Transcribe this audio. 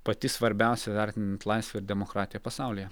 pati svarbiausia vertinant laisvę ir demokratiją pasaulyje